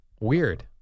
Weird